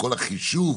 כל החישוב